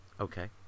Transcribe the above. Okay